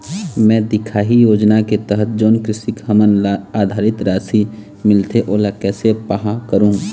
मैं दिखाही योजना के तहत जोन कृषक हमन ला आरथिक राशि मिलथे ओला कैसे पाहां करूं?